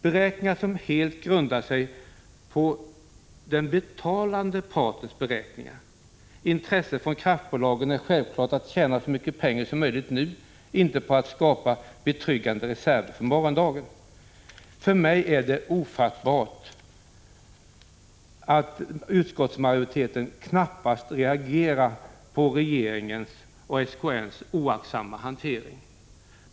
De grundar sig ju helt på den betalande partens beräkningar. Intresset från kraftbolagen är självfallet att tjäna så mycket pengar som möjligt nu, inte att skapa reserver för morgondagen. För mig är det ofattbart att utskottsmajoriteten knappast reagerar på regeringens och SKN:s oaktsamma hantering.